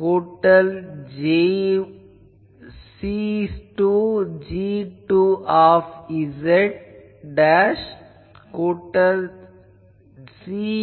கூட்டல் c2g2z கூட்டல் cngnz